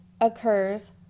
occurs